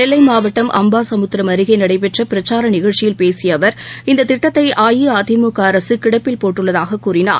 நெல்லை மாவட்டம் அம்பாசமுத்திரம் அருகே நடைபெற்ற பிரச்சார நிகழ்ச்சியில் பேசிய அவர் இந்தத் திட்டத்தை அஇஅதிமுக அரசு கிடப்பில் போட்டுள்ளதாகக் கூறினார்